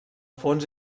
fons